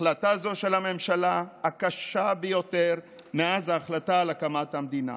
החלטה זו של הממשלה היא הקשה ביותר מאז ההחלטה על הקמת המדינה.